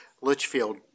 Litchfield